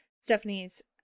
stephanie's